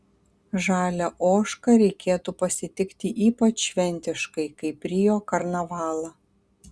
žalią ožką reikėtų pasitikti ypač šventiškai kaip rio karnavalą